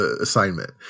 assignment